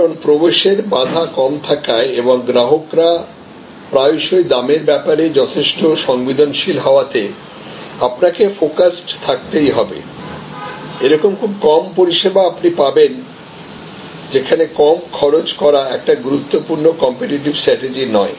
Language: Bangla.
কারণ প্রবেশের বাধা কম থাকায় এবং গ্রাহকরা প্রায়শই দামের ব্যাপারে যথেষ্ট সংবেদনশীল হওয়াতে আপনাকে ফোকাসড থাকতেই হবে এরকম খুব কম পরিষেবা আপনি পাবেন যেখানে কম খরচ করা একটি গুরুত্বপূর্ণ কম্পিটিটিভ স্ট্রাটেজি নয়